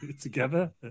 together